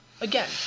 Again